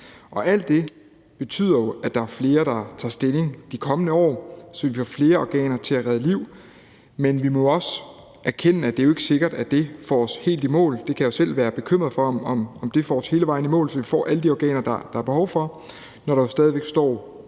Alt det betyder jo, at der er flere, der tager stilling i de kommende år, så vi får flere organer til at redde liv, men vi må også erkende, at det ikke er sikkert, at det får os helt i mål. Jeg kan selv være bekymret for, om det får os hele vejen i mål, så vi får alle de organer, der er behov for, når der ved